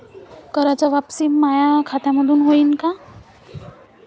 कराच वापसी माया खात्यामंधून होईन का?